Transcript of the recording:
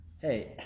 Hey